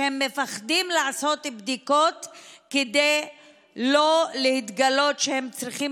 שהם מפחדים לעשות בדיקות כדי לא לגלות שהם צריכים